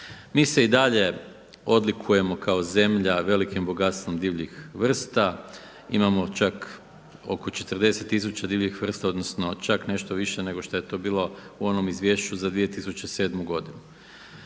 Mi se i dalje odlikujemo kao zemlja velikim bogatstvom divljih vrsta. Imamo čak oko 40000 divljih vrsta, odnosno čak nešto više nego što je to bilo u onom izvješću za 2007. godinu.